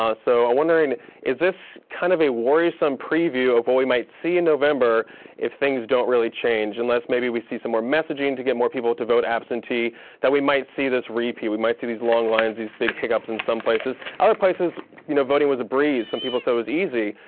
um so ah wondering is this kind of a worrisome preview of what we might see in november if things don't really change, unless maybe we see some more messaging to get more people to vote absentee that we might see this repeat, we might see these long lines, these big hiccups in some places? other places you know voting was a breeze. some people said it so was easy.